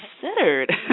considered